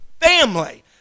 family